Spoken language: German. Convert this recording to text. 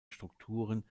strukturen